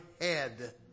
head